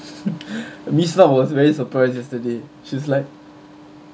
miss mak was very surprised yesterday she's like